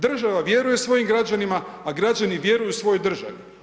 Država vjeruje svojim građanima, a građani vjeruju svojoj državi.